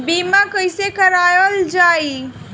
बीमा कैसे कराएल जाइ?